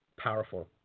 Powerful